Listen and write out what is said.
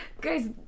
Guys